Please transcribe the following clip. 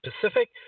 Pacific